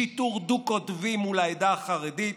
שיטור דו-קוטבי מול העדה החרדית